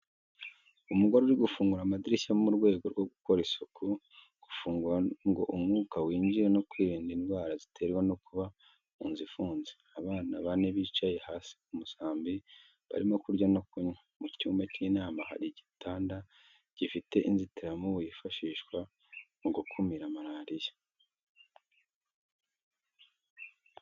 Umugore uri gufungura amadirishya mu rwego rwo gukora isuku, gufungura ngo umwuka winjire no kwirinda indwara ziterwa no kuba mu nzu ifunze. Abana bane bicaye hasi ku musambi barimo kurya no kunywa. Mu cyumba cy’inyuma hari igitanda gifite inzitiramibu yifashishwa mu gukumira malaria.